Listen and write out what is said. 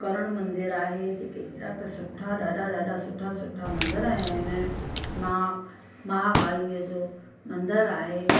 करण मंदिर आहे जेके अहिड़ा त सुठा ॾाढा ॾाढा सुठा सुठा मंदिर आहिनि मां महाकालीअ जो मंदिर आहे